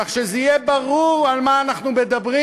כך שיהיה ברור על מה אנחנו מדברים,